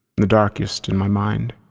the darkest in my mind,